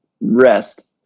rest